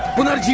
will not